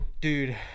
Dude